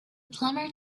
plumber